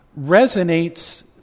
resonates